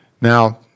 Now